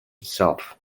itself